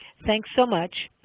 thanks so much.